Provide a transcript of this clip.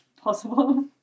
possible